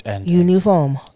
uniform